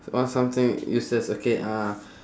what something useless okay uh